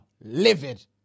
Livid